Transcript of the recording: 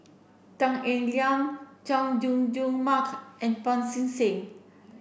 Tan Eng Liang Chay Jung Jun Mark and Pancy Seng